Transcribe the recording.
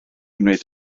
wneud